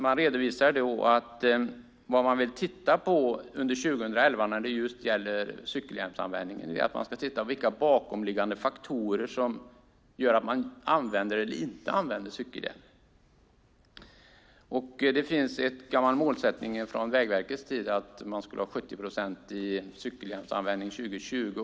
Där redovisas att man under 2011 vill titta på vilka bakomliggande faktorer som gör att människor använder eller inte använder cykelhjälm. Det finns en gammal målsättning från Vägverkets tid att man skulle ha en 70-procentig cykelhjälmsanvändning 2020.